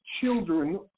children